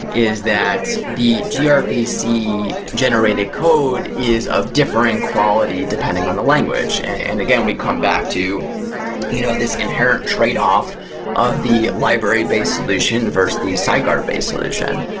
is that the grpc generated code is of differing quality depending on the language. and again, we come back to you know this inherent tradeoff of the library-based solution versus the sidecar-based solution.